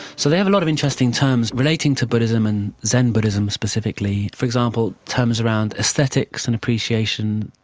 so they have a lot of interesting terms relating to buddhism and zen buddhism specifically. for example, terms around aesthetics and appreciation,